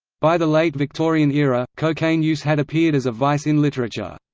by the late victorian era, cocaine use had appeared as a vice in literature.